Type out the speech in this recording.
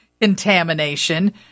contamination